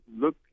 look